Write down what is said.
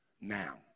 now